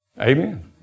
Amen